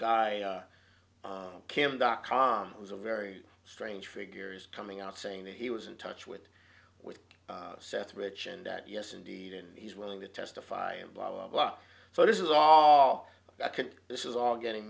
guy kim dotcom has a very strange figures coming out saying that he was in touch with with seth rich and that yes indeed and he's willing to testify and blah blah blah so this is all that could this is all getting